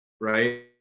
right